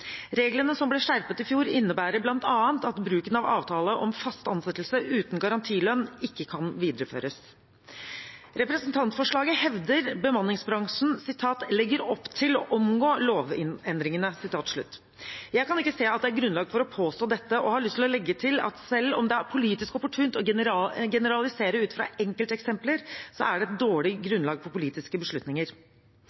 Reglene som ble skjerpet i fjor, innebærer bl.a. at bruken av avtale om fast ansettelse uten garantilønn ikke kan videreføres. Representantforslaget hevder at bemanningsbransjen «legger opp til å omgå lovendringene». Jeg kan ikke se at det er grunnlag for å påstå dette, og har lyst til å legge til at selv om det er politisk opportunt å generalisere ut fra enkelteksempler, er det et dårlig